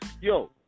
Yo